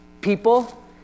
people